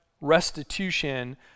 restitution